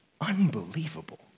unbelievable